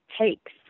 takes